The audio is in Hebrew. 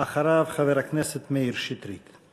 אחריו, חבר הכנסת מאיר שטרית.